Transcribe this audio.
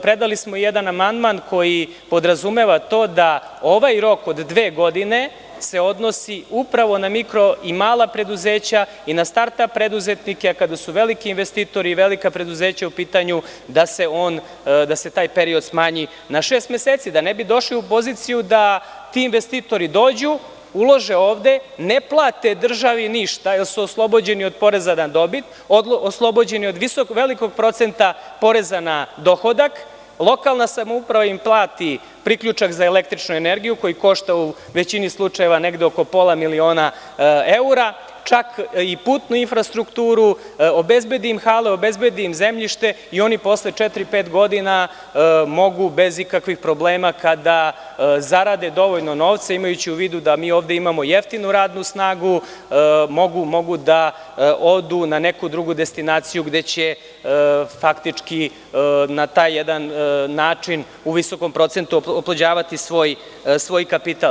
Predali smo jedan amandman koji podrazumeva to da se ovaj rok od dve godine odnosi upravo na mikro i mala preduzeća i na „start ap preduzetnike“, a kada su veliki investitori i velika preduzeća u pitanju da se taj period smanji na šest meseci, da ne bi došli u poziciju da ti investitori dođu, ulože ovde, ne plate državi ništa jer su oslobođeni od poreza na dobit, oslobođeni od velikog procenta poreza na dohodak, lokalna samouprava im plati priključak za električnu energiju koji košta u većini slučajeva negde oko pola miliona evra, čak i putnu infrastrukturu, obezbedi im hale, obezbedi im zemljište i oni posle četiri – pet godina mogu bez ikakvih problema, kada zarade dovoljno novca, imajući u vidu da mi ovde imamo jeftinu radnu snagu, da odu na neku drugu destinaciju gde će faktički na taj jedan način u visokom procentu oplođavati svoj kapital.